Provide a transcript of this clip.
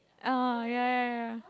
oh ya ya ya